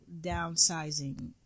downsizing